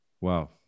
Wow